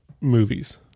movies